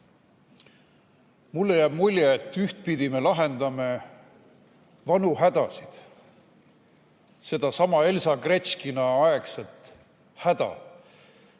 Mulle jääb mulje, et ühtpidi me lahendame vanu hädasid, sedasama Elsa Gretškina aegset häda,